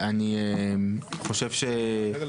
בהקשר הזה, אני מקווה שאתה, כיושב ראש ועדה,